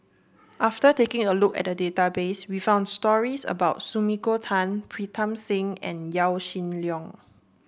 after taking a look at the database we found stories about Sumiko Tan Pritam Singh and Yaw Shin Leong